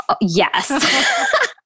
Yes